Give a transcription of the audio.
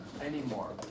anymore